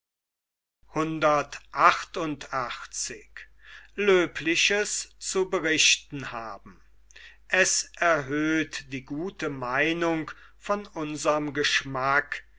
es erhöht die gute meinung von unserm geschmack